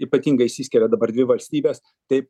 ypatingai išsiskiria dabar dvi valstybės tai